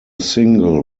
single